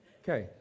okay